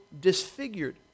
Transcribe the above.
disfigured